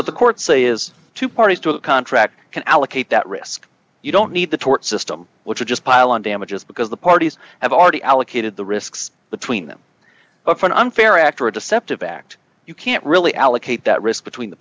what the courts say is two parties to a contract can allocate that risk you don't need the tort system which is just pile on damages because the parties have already allocated the risks between them for an unfair act or a deceptive act you can't really allocate that risk between the